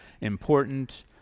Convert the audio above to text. important